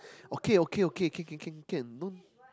okay okay okay can can can can don't